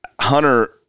Hunter